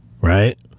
right